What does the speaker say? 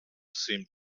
seemed